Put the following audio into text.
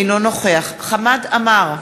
אינו נוכח חמד עמאר,